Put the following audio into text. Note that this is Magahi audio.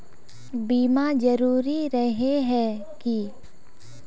बीमा जरूरी रहे है की?